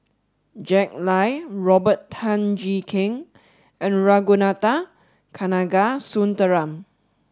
Jack Lai Robert Tan Jee Keng and Ragunathar Kanagasuntheram